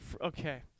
Okay